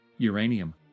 uranium